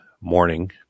morning